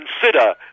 consider